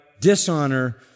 dishonor